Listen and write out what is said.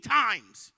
times